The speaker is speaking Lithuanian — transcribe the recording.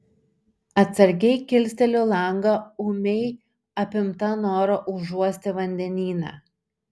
atsargiai kilsteliu langą ūmiai apimta noro užuosti vandenyną